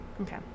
Okay